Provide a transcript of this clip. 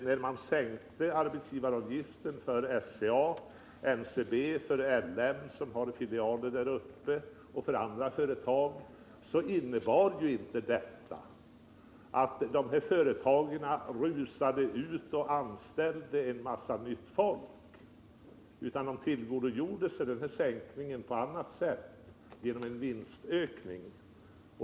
När man sänkte arbetsgivaravgiften för SCA, NCB och LM, som har filialer där uppe, och för andra företag innebar det inte att dessa företag rusade ut och anställde en massa nytt folk. De tillgodogjorde sig den här sänkningen i form av en vinstökning.